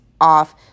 off